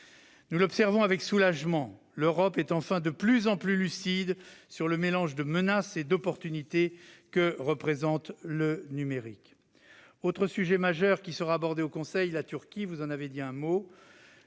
Je l'observe avec soulagement : l'Europe est de plus en plus lucide sur le mélange de menaces et d'opportunités que représente le numérique. Autre sujet majeur abordé au Conseil : la Turquie. Monsieur le